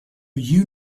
you